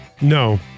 No